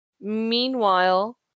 Meanwhile